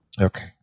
Okay